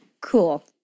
Cool